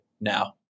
now